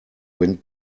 wind